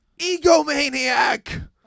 egomaniac